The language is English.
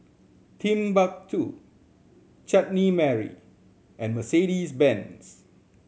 Timbuk Two Chutney Mary and Mercedes Benz